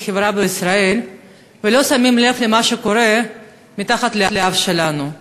בחברה בישראל ולא שמים לב למה שקורה מתחת לאף שלנו.